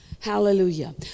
Hallelujah